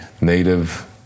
native